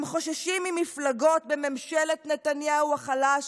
הם חוששים ממפלגות בממשלת נתניהו החלש